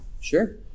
sure